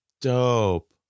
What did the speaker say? Dope